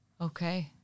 Okay